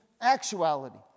actuality